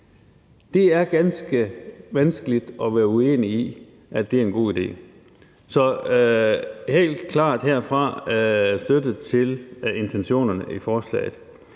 Det er ganske vanskeligt at være uenig i, at det er en god idé. Så der er helt klart herfra støtte til intentionerne i forslaget,